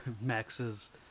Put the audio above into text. Max's